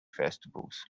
festivals